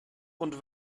und